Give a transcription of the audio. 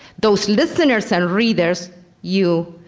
those listeners and readers, you,